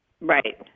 Right